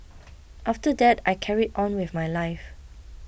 after that I carried on with my life